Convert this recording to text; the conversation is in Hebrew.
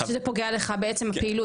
שזה פוגע לך בעצם הפעילות.